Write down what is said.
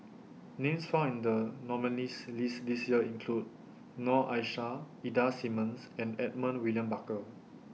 Names found in The nominees' list This Year include Noor Aishah Ida Simmons and Edmund William Barker